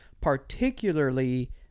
particularly